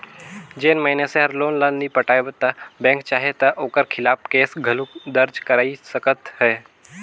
जेन मइनसे हर लोन ल नी पटाय ता बेंक चाहे ता ओकर खिलाफ केस घलो दरज कइर सकत अहे